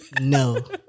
No